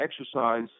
exercise